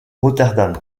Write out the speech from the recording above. rotterdam